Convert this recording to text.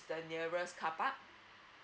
the nearest carpark